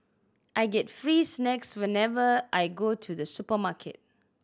I get free snacks whenever I go to the supermarket